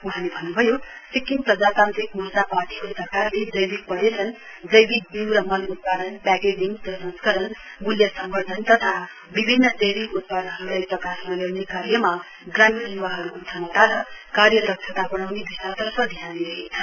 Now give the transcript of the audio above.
वहाँले भन्नुभयो सिक्किम प्रजातान्त्रिक मोर्चा पार्टीको सरकारसे जैविक पर्यटन जैविक विउ र मल उत्पादन प्याकेजिङ प्रसंस्करणमूल्य सम्वर्धन तथा विभिन्न जैविक उत्पाददहरुलाई प्रकाशमा ल्याउने कार्यमा ग्रामीण युवाहरुको क्षमता र कार्यदक्षता बढ़ाउने दिशातर्फ ध्यान दिइरहेछ